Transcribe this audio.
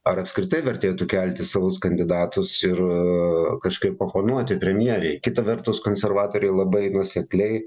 ar apskritai vertėtų kelti savus kandidatus ir kažkaip oponuoti premjerei kita vertus konservatoriai labai nuosekliai